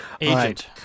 Agent